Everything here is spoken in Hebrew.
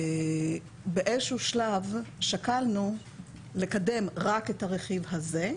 ובאיזה שהוא שלב שקלנו לקדם רק את הרכיב הזה.